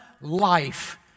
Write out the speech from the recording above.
life